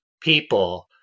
people